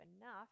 enough